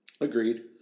Agreed